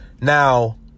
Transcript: Now